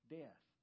death